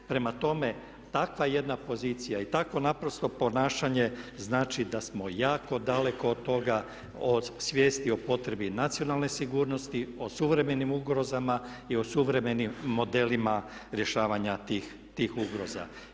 Prema tome, takva jedna pozicija i takvo naprosto ponašanje znači da smo jako daleko od toga, o svijesti o potrebi nacionalne sigurnosti, o suvremenim ugrozama i o suvremenim modelima rješavanja tih ugroza.